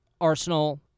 Arsenal